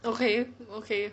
okay okay